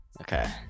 okay